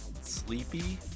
sleepy